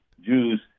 Jews